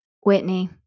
Whitney